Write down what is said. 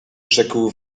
rzekł